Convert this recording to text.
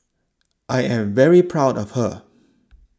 I am very proud of her